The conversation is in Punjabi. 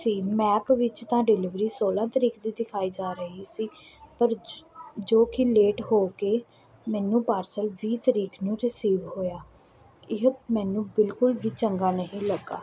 ਸੀ ਮੈਪ ਵਿੱਚ ਤਾਂ ਡਿਲੀਵਰੀ ਸੋਲ਼ਾਂ ਤਰੀਕ ਦੀ ਦਿਖਾਈ ਜਾ ਰਹੀ ਸੀ ਪਰ ਜੋ ਜੋ ਕਿ ਲੇਟ ਹੋ ਕੇ ਮੈਨੂੰ ਪਾਰਸਲ ਵੀਹ ਤਰੀਕ ਨੂੰ ਰਸੀਵ ਹੋਇਆ ਇਹ ਮੈਨੂੰ ਬਿਲਕੁਲ ਵੀ ਚੰਗਾ ਨਹੀਂ ਲੱਗਿਆ